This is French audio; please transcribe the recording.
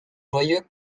joyeux